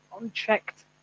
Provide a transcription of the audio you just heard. unchecked